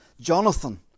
Jonathan